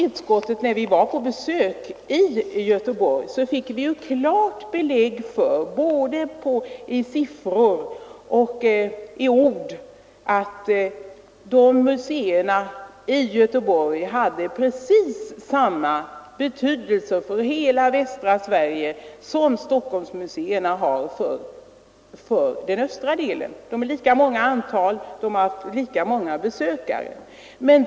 Utskottet fick vid sitt besök i Göteborg både i siffror och i ord klart belägg för att museerna i Göteborg har precis samma betydelse för västra Sverige som museerna i Stockholm har för den östra delen. Antalet museer är lika stort och de har lika många besökare.